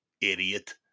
idiot